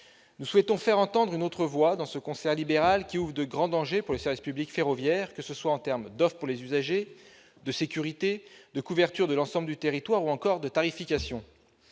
Nous souhaitons faire entendre une autre voix dans ce concert libéral qui crée de grands dangers pour le service public ferroviaire, que ce soit en termes d'offre pour les usagers, de sécurité, de couverture de l'ensemble du territoire ou encore de tarification.